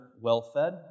well-fed